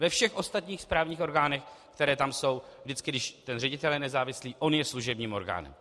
Ve všech ostatních správních orgánech, které tam jsou, vždycky když ředitel je nezávislý, on je služebním orgánem.